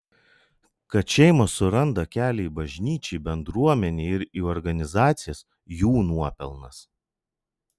kad šeimos suranda kelią į bažnyčią į bendruomenę ir į organizacijas jų nuopelnas